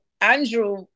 Andrew